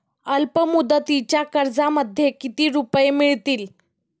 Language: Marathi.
अल्पमुदतीच्या कर्जामध्ये किती रुपये मिळतील?